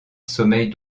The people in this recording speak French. sommeil